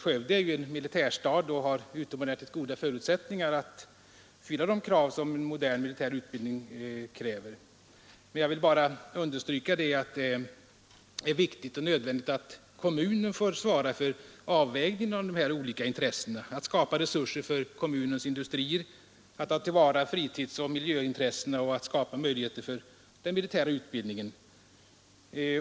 Skövde är ju en militärstad, och där har man utomordentligt goda förutsättningar för att fylla de krav som en modern militär utbildning ställer, men jag vill understryka att det är mycket viktigt och nödvändigt att kommunen får svara för avvägningen av de olika intressena: att resurser skapas för kommunens industrier, att fritidsoch miljöintressena tillvaratas samt att möjligheter bereds den militära utbildningen.